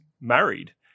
married